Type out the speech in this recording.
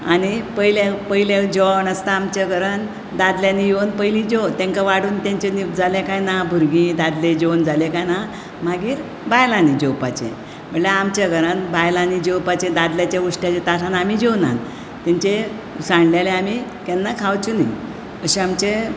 आनी पयले जेवण आसता आमचे घरांंत दादल्यांनी येवन जेवन तेंकां वाडून तेंच्यानी जाले की ना भुरगीं दादले जेवन जाले की ना मागीर बायलांनी जेवपाचे म्हणल्यार आमच्या घरांत बायलांनी जेवपाचें दादल्यांच्या उश्ट्याचे ताटांत आमी जेवनात तेंचे सांडलेले आमी केन्ना खावचें न्ही अशें आमचें